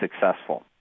successful